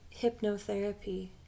hypnotherapy